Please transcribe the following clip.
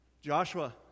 Joshua